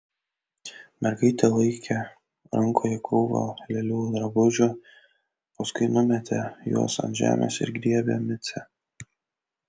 mergaitė laikė rankoje krūvą lėlių drabužių paskui numetė juos ant žemės ir griebė micę